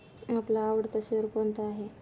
आपला आवडता शेअर कोणता आहे?